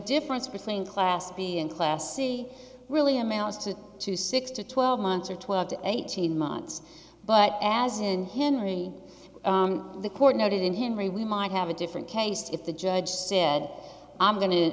difference between class b and class c really amounts to two six to twelve months or twelve to eighteen months but as in henry the court noted in him very we might have a different case if the judge said i'm go